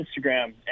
Instagram